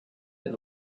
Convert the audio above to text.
they